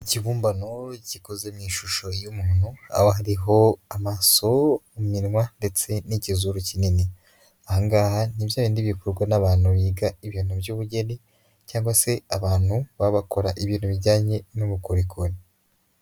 Ikibumbano gikoze mu ishusho y'umuntu, aho hariho amaso, iminwa ndetse n'ikizuru kinini. Aha ngaha ni byabindi bikorwa n'abantu biga ibintu by'ubugeni cyangwa se abantu babakora ibintu bijyanye n'ubukorikori.